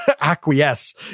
acquiesce